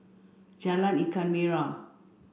Jalan Ikan Merah